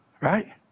Right